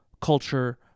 Culture